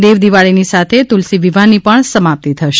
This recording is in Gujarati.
દેવદિવાળીની સાથે તુલસી વિવાહની પણ સમાપ્તિ થશે